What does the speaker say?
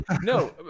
no